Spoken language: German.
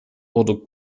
oder